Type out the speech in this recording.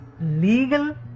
Legal